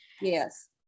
yes